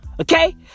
Okay